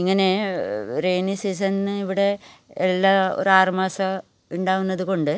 ഇങ്ങനെ റെയ്നി സീസണിന് ഇവിടെ ഉള്ള ഒരു ആറ് മാസം ഉണ്ടാവുന്നത് കൊണ്ട്